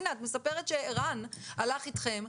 את מספרת שערן הלך אתכם.